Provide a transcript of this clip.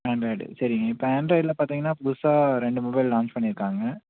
Android சரிங்க இப்போ ஆண்ட்ராய்டில் பார்த்திங்கன்னா புதுசாக ரெண்டு மொபைல் லான்ச் பண்ணியிருக்காங்க